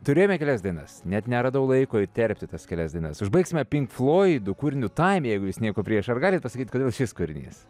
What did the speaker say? turėjome kelias dienas net neradau laiko įterpti tas kelias dienas užbaigsime pinkfloidų kūriniu taim jeigu jūs nieko prieš ar galit pasakyt kodėl šis kūrinys